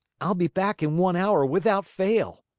i'll be back in one hour without fail,